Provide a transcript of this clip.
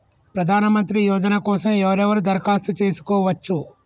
ప్రధానమంత్రి యోజన కోసం ఎవరెవరు దరఖాస్తు చేసుకోవచ్చు?